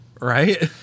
Right